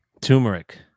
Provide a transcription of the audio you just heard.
Turmeric